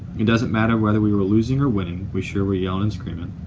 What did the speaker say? it doesn't matter whether we were losing or winning, we sure were yelling and screaming.